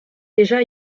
déjà